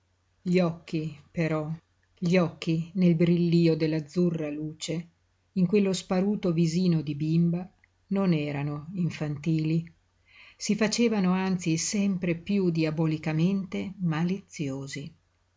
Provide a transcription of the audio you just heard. gli occhi però gli occhi nel brillío dell'azzurra luce in quello sparuto visino di bimba non erano infantili si facevano anzi sempre piú diabolicamente maliziosi